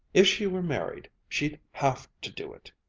if she were married, she'd have to do it!